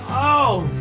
oh,